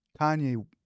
Kanye